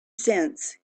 sense